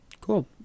Cool